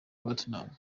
platnumz